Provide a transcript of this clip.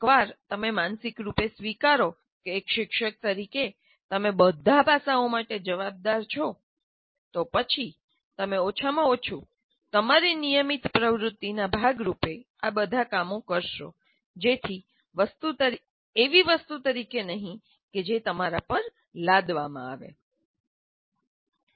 એક વાર તમે માનસિકરૂપે સ્વીકારો કે એક શિક્ષક તરીકે તમે બધા પાસાઓ માટે જવાબદાર છો તો પછી તમે ઓછામાં ઓછું તમારી નિયમિત પ્રવૃત્તિના ભાગરૂપે આ બધાં કામો કરશો એવી વસ્તુ તરીકે નહીં કે જે તમારા પર લાદવામાંઆવે